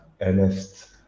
Ernest